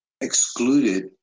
excluded